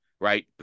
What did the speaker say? right